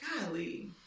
Golly